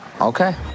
Okay